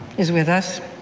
is with us.